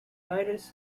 iris